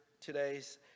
today's